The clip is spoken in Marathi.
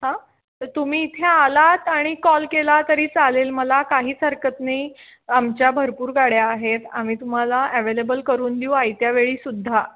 हां तर तुम्ही इथे आलात आणि कॉल केला तरी चालेल मला काहीच हरकत नाही आमच्या भरपूर गाड्या आहेत आम्ही तुम्हाला ॲवेलेबल करून देऊ आयत्या वेळी सुद्धा